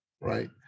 right